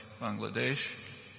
Bangladesh